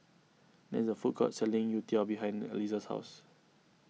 there is a food court selling Youtiao behind Eliezer's house